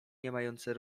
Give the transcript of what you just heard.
niemające